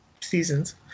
seasons